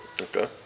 okay